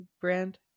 brand